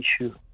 issue